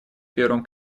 первом